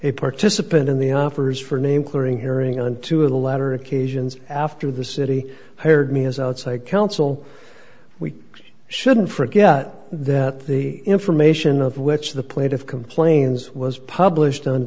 a participant in the offers for name clearing hearing on two of the latter occasions after the city hired me as outside counsel we shouldn't forget that the information of which the plaintiff complains was published on